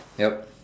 yup